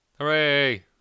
Hooray